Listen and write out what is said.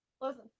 listen